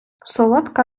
солодка